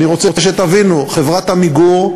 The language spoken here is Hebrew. אני רוצה שתבינו, חברת "עמיגור"